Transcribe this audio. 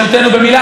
תתעוררו.